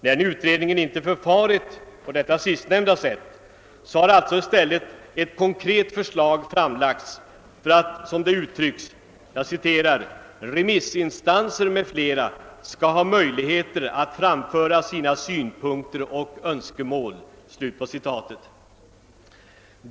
När nu utredningen icke förfarit på detta sistnämnda sätt utan i stället lagt fram ett konkret förslag med angivande av vissa orter har det skett för att, som det uttrycks, remissinstanser m.fl. skall ha möjligheter att framföra sina synpunkter och önskemål.